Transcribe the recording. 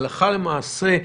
הלכה למעשה,